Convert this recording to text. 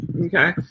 okay